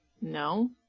No